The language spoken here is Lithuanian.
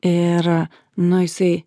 ir nu jisai